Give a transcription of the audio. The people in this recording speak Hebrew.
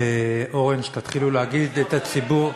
אורן, שתתחילו להגיד לציבור,